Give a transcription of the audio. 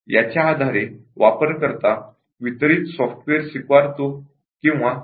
याच्या आधारे यूजर वितरित सॉफ्टवेअर स्वीकारतो किंवा नाकारतो